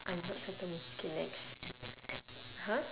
I'm not circling K next !huh!